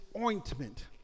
ointment